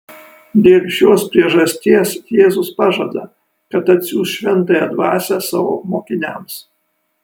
dėl šios priežasties jėzus pažada kad atsiųs šventąją dvasią savo mokiniams